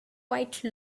quite